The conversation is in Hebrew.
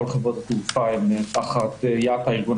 כל חברת התעופה הן תחת IATA ארגון